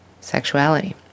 sexuality